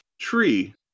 tree